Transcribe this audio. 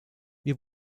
wir